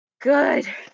Good